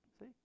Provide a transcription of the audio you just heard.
see